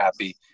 happy